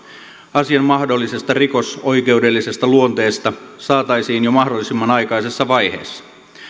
asian mahdollisesta rikosoikeudellisesta luonteesta saataisiin jo mahdollisimman aikaisessa vaiheessa